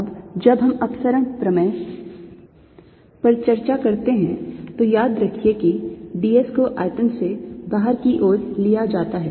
अब जब हम अपसरण प्रमेय पर चर्चा करते हैं तो याद रखिए कि d s को आयतन से बाहर की ओर लिया जाता है